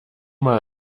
mal